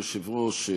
אדוני היושב-ראש,